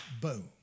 Boom